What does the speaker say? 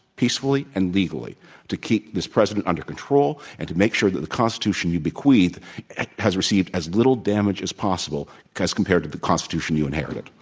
peacefully and legally to keep this president under control and to make sure that the constitution you bequeath has received as little damage as possible as compared to the constitution you inherited.